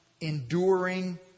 enduring